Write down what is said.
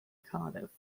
cardiff